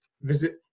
Visit